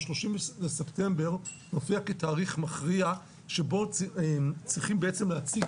ה-30 בספטמבר מופיע כתאריך מכריע שבו צריכים להציג